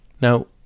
Now